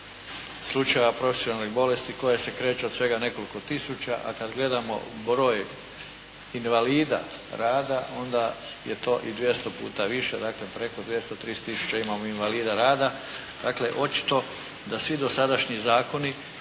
slučajeva profesionalnih bolesti koje se kreću od svega nekoliko tisuća. A kad gledamo broj invalida rada onda je to i 200 puta više. Dakle, preko 200, 300 tisuća imamo invalida rada. Dakle, očito da svi dosadašnji zakoni